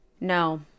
No